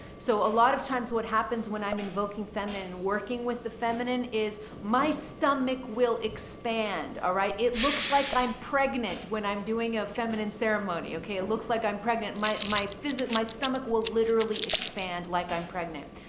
so a lot of times what happens when i'm invoking feminine and working with the feminine is my stomach will expand. all ah right. it looks like i'm pregnant when i'm doing a feminine ceremony. okay. it looks like i'm pregnant. my, my physic, my stomach will literally expand like i'm pregnant.